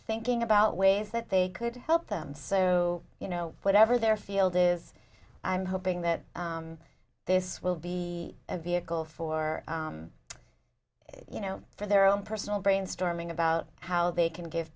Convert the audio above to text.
about ways that they could help them so you know whatever their field is i'm hoping that this will be a vehicle for you know for their own personal brainstorming about how they can give